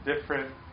different